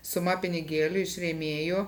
suma pinigėlių iš rėmėjų